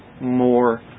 more